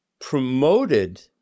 promoted